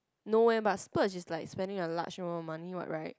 no eh but splurge is like spending a large amount of money what right